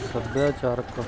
ਸੱਭਿਆਚਾਰਕ